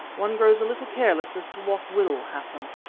one grows a little careless as to what will happen.